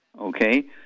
okay